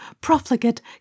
profligate